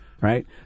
right